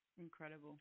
Incredible